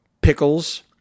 pickles